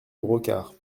brocard